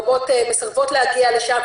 רבות מסרבות להגיע לשם.